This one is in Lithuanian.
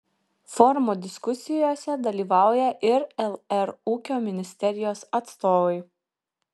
forumo diskusijose dalyvauja ir lr ūkio ministerijos atstovai